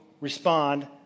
respond